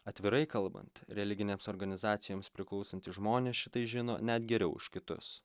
atvirai kalbant religinėms organizacijoms priklausantys žmonės šitai žino net geriau už kitus